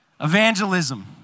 Evangelism